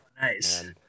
Nice